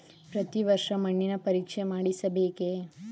ಪ್ರತಿ ವರ್ಷ ಮಣ್ಣಿನ ಪರೀಕ್ಷೆ ಮಾಡಿಸಬೇಕೇ?